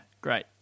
great